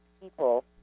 people